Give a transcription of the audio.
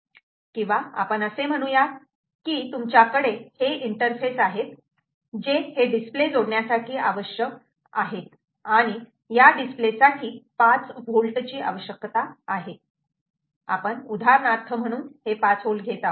किंवा आपण असे म्हणू यात की तुमच्याकडे हे इंटरफेस आहेत जे हे डिस्प्ले जोडण्यासाठी आवश्यक आहेत आणि या डिस्प्ले साठी 5 V ची आवश्यकता आहे आपण उदाहरणार्थ म्हणून हे 5 V घेत आहोत